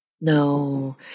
No